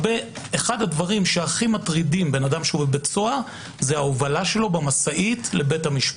אחד הדברים שהכי מטרידים אדם בבית סוהר זה הובלה שלו במשאית לבית המשפט.